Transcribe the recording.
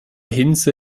hinze